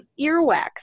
earwax